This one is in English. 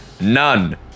None